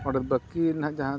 ᱚᱸᱰᱮ ᱵᱟᱹᱠᱤ ᱱᱟᱦᱟᱜ ᱡᱟᱦᱟᱸ